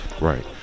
Right